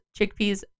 chickpeas